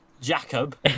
Jacob